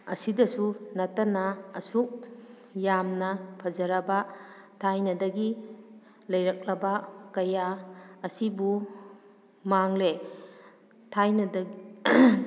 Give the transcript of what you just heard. ꯑꯁꯤꯗꯁꯨ ꯅꯠꯇꯅ ꯑꯁꯨꯛ ꯌꯥꯝꯅ ꯐꯖꯔꯕ ꯊꯥꯏꯅꯗꯒꯤ ꯂꯩꯔꯛꯂꯕ ꯀꯌꯥ ꯑꯁꯤꯕꯨ ꯃꯥꯡꯂꯦ ꯊꯥꯏꯅꯗ